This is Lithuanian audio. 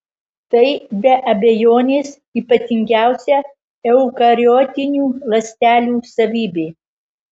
tai be abejonės ypatingiausia eukariotinių ląstelių savybė